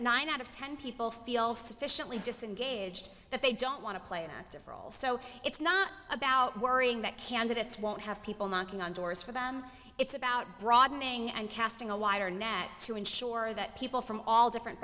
nine out of ten people feel sufficiently disengaged that they don't want to play an active role so it's not about worrying that candidates won't have people knocking on doors for them it's about broadening and casting a wider net to ensure that people from all different